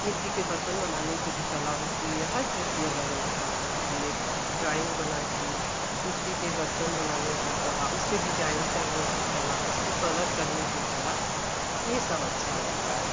मिट्टी के बर्तन बनाने की भी कला होती है हर चीज़ की अलग अलग कला होती है ड्राइंग बना दिए मिट्टी के बर्तन बनाने की कला उस पर डिजाइन करने की कला उसको कलर करने की कला यह सब अच्छा लगता है